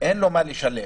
אין במה לשלם